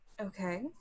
Okay